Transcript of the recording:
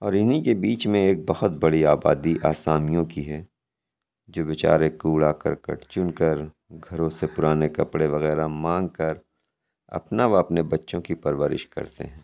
اور اِنہی کے بیچ میں ایک بہت بڑی آبادی آسامیوں کی ہے جو بیچارے کوڑا کرکٹ چُن کر گھروں سے پرانے کپڑے وغیرہ مانگ کر اپنا و اپنے بچوں کی پرورش کرتے ہیں